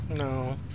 No